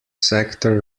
sector